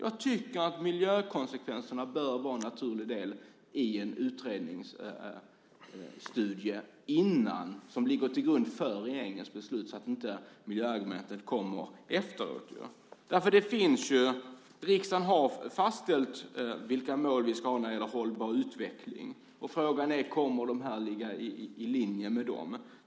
Jag tycker att miljökonsekvenserna bör vara en naturlig del i en utredningsstudie som ligger till grund för regeringens beslut så att inte miljöargumentet kommer efteråt. Riksdagen har fastställt vilka mål vi ska ha när det gäller hållbar utveckling, och frågan är om detta kommer att ligga i linje med dem.